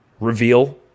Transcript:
reveal